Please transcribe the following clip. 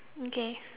okay